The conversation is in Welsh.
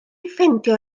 ffeindio